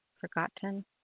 Forgotten